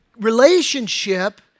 relationship